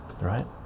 right